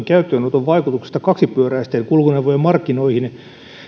käyttöönoton vaikutuksesta kaksipyöräisten kulkuneuvojen markkinoihin